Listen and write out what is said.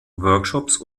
workshops